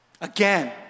Again